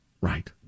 Right